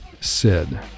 Sid